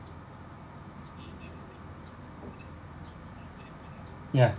ya